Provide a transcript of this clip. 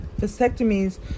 vasectomies